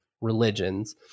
religions